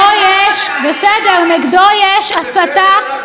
נגדו יש הסתה פרועה, בסדר, אנחנו גם נכליל.